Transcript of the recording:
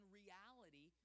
reality